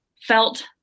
felt